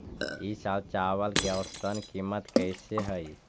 ई साल चावल के औसतन कीमत कैसे हई?